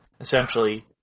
essentially